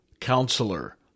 Counselor